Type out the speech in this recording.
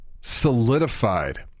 solidified